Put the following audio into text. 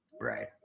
Right